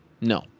No